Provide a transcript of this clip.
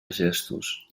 gestos